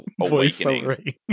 awakening